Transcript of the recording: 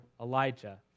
Elijah